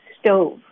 stove